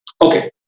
Okay